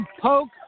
poke